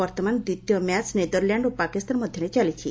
ବର୍ତ୍ତମାନ ଦ୍ୱିତୀୟ match netherland ଓ ପାକିସ୍ତାନ ମଧ୍ୟରେ ଚାଲିଛି